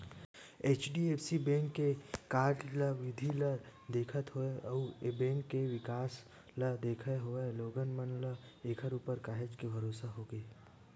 HDFC bank के कारज बिधि ल देखत होय अउ ए बेंक के बिकास ल देखत होय लोगन मन ल ऐखर ऊपर काहेच के भरोसा होगे हे